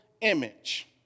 image